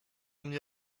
mnie